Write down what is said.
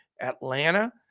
Atlanta